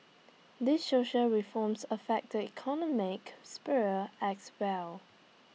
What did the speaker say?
these social reforms affect the economic sphere as well